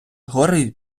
гори